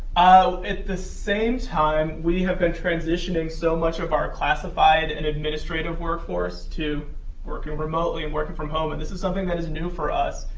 ah at the same time, we have been transitioning so much of our classified and administrative workforce to working remotely and working from home, and this is something that is new for us.